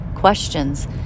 questions